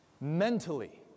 mentally